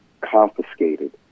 confiscated